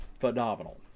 phenomenal